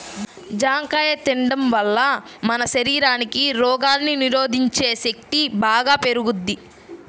జాంకాయ తిండం వల్ల మన శరీరానికి రోగాల్ని నిరోధించే శక్తి బాగా పెరుగుద్ది